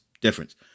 difference